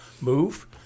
move